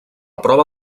prova